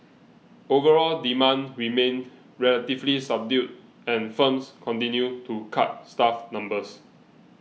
overall demand remained relatively subdued and firms continued to cut staff numbers